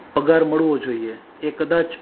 પગાર મળવો જોઈએ એ કદાચ